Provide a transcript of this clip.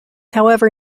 however